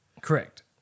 Correct